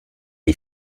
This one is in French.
est